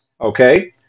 Okay